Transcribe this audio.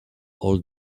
all